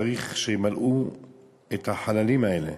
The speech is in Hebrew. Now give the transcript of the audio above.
צריך למלא את החללים האלה.